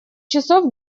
часов